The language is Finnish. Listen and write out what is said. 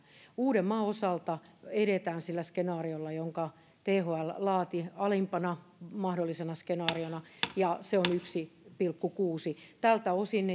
uudenmaan osalta edetään sillä skenaariolla jonka thl laati alimpana mahdollisena skenaariona ja se on yhdeltä pilkku kuudennelta tältä osin